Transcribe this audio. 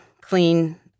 clean